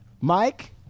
Mike